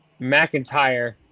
McIntyre